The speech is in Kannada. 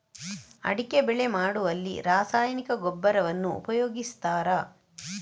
ಅಡಿಕೆ ಬೆಳೆ ಮಾಡುವಲ್ಲಿ ರಾಸಾಯನಿಕ ಗೊಬ್ಬರವನ್ನು ಉಪಯೋಗಿಸ್ತಾರ?